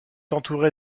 entouré